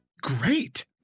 great